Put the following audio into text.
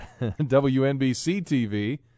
WNBC-TV